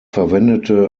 verwendete